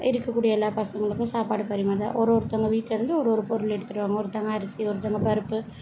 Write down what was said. இருக்கக்கூடிய எல்லா பசங்களுக்கும் சாப்பாடு பரிமாறுறது ஒரு ஒருத்தங்க வீட்டுலேருந்தும் ஒரு ஒரு பொருளை எடுத்துட்டு வருவோம் ஒருத்தங்க அரிசி ஒருத்தங்க பருப்பு